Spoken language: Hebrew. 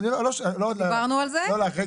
עברנו על זה.